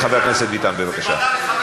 חבר הכנסת ביטן, בבקשה.